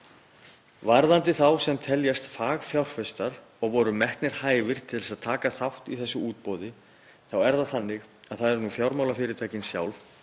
Varðandi þá sem teljast fagfjárfestar og voru metnir hæfir til að taka þátt í þessu útboði er það þannig að það eru fjármálafyrirtækin sjálf